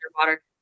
underwater